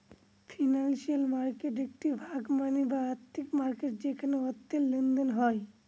financial মার্কেটের একটি ভাগ মানি বা আর্থিক মার্কেট যেখানে অর্থের লেনদেন হয়